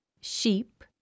sheep